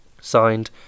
Signed